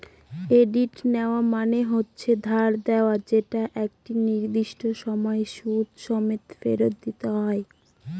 credit নেওয়া মানে হচ্ছে ধার নেওয়া যেটা একটা নির্দিষ্ট সময় সুদ সমেত ফেরত দিতে হয়